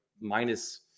minus